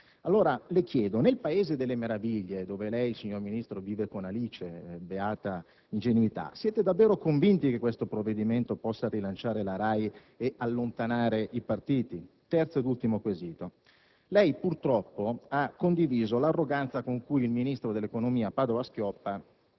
allora, signor Ministro, nel paese delle meraviglie, in cui lei vive con Alice (beata ingenuità), siete davvero convinti che questo provvedimento possa rilanciare la RAI e allontanare i partiti? Terzo ed ultimo quesito. Lei purtroppo ha condiviso l'arroganza con cui il ministro dell'economia Padoa-Schioppa